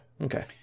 Okay